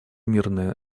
мирные